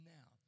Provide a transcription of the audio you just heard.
Now